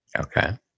Okay